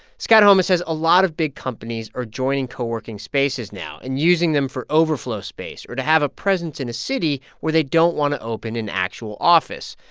scott homa says a lot of big companies are joining coworking spaces now and using them for overflow space or to have a presence in a city where they don't want to open an actual office.